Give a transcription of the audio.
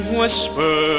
whisper